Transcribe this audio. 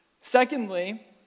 Secondly